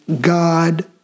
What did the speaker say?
God